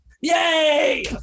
Yay